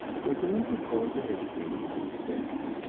where delinquent boys are educated by the state.